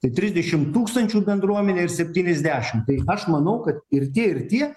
tai trisdešim tūkstančių bendruomenė ir septyniasdešim tai aš manau kad ir tie ir tie